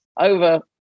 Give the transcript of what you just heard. over